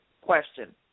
question